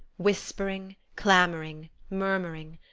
whispering, clamoring, murmuring,